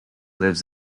lives